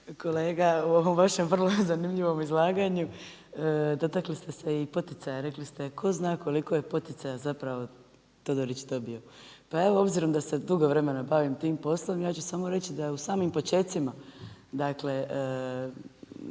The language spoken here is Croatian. Kolega, u ovom vašem vrlo zanimljivom izlaganju, dotakli ste se i poticaja, rekli ste tko zna koliko je poticaja zapravo Todorić dobio. Pa evo obzirom da se dugo vremena bavim tim poslom, ja ću samo reći da je u samim počecima, dakle,